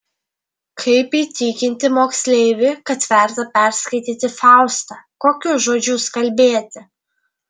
kaip įtikinti moksleivį kad verta perskaityti faustą kokius žodžius kalbėti